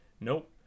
nope